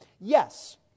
Yes